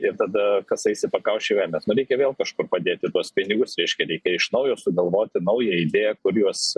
ir tada kasaisi pakaušį velnias man reikia vėl kažkur padėti tuos pinigus reiškia reikia iš naujo sugalvoti naują idėją kur juos